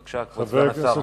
בבקשה, כבוד סגן השר.